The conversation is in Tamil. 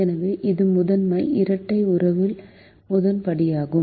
எனவே இது முதன்மை இரட்டை உறவின் முதல் படியாகும்